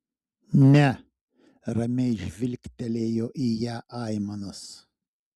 ne ramiai žvilgtelėjo į ją aimanas